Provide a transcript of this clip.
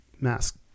mask